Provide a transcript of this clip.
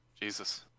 Jesus